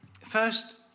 First